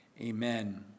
amen